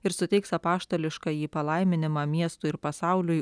ir suteiks apaštališkąjį palaiminimą miestui ir pasauliui